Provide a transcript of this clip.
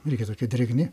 irgi tokie drėgni